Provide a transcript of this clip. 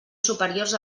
superiors